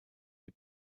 die